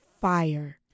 fire